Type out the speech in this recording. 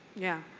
yeah.